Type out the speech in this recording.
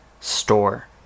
store